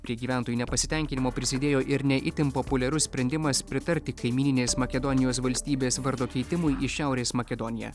prie gyventojų nepasitenkinimo prisidėjo ir ne itin populiarus sprendimas pritarti kaimyninės makedonijos valstybės vardo keitimui į šiaurės makedoniją